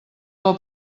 del